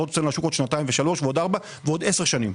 תצאנה לשוק עוד שנתיים ושלוש ועוד ארבע ועוד 10 שנים.